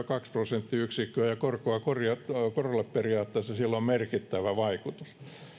kaksi prosenttiyksikköä ja korkoa korkoa korolle periaatteessa sillä on merkittävä vaikutus